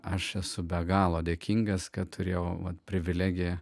aš esu be galo dėkingas kad turėjau privilegiją